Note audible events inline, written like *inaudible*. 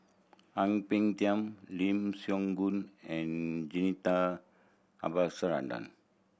Ang Peng Tiam Lim Siong Gun and Jacintha *unintelligible*